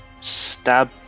stab